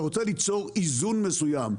אתה רוצה ליצור איזון מסוים.